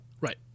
Right